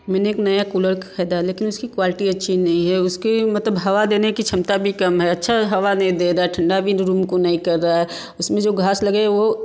मैंने एक नया कूलर ख़रीदा लेकिन उसकी क्वालिटी नहीं है मतलब उसके हवा देने के क्षमता भी कम है अच्छा हवा नहीं दे रहा ठंडा भी रूम को नहीं कर रहा है उसमें जो घास लगे वो